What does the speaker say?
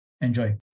Enjoy